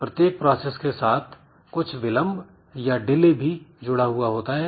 प्रत्येक प्रोसेस के साथ कुछ विलंब अथवा डिले भी जुड़ा होता है